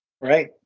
Right